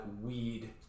weed